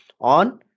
on